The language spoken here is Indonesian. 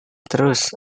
terus